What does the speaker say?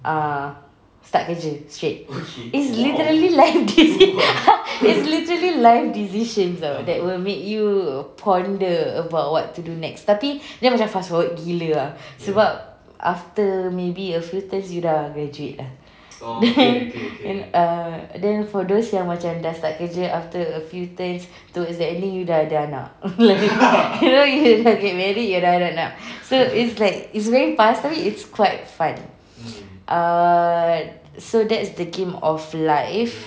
ah start kerja straight it's literally like this it's literally life decisions ah that will make you ponder about what to do next tapi dia macam fast forward gila ah sebab after maybe a few turns you dah graduate lah err then for those yang macam dah start kerja after a few turns towards the ending you dah ada anak you know you dah get married you dah ada anak so it's like it's very fast tapi it's quite fun err so that's the game of life